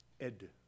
ed